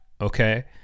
Okay